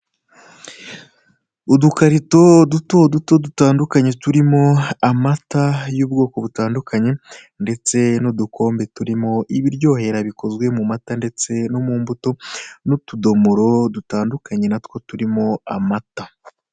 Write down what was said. Udukarito dutoduto dutandukanye, turimo amata y'ubwoko butandukanye, ndetse n'udukombe turimo ibiryoherera bikozwe mu mata, ndetse no mu mbuto, n'utudomoro dutandukanye, na two turimo amata.